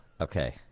okay